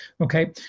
okay